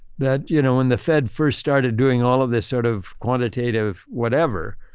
that you know, when the fed first started doing all of this sort of quantitative whatever,